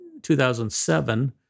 2007